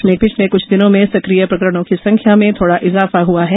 प्रदेश में पिछले कुछ दिनों में सकिय प्रकरणों की संख्या में थोड़ा इजाफा हुआ है